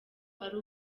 ari